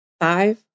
five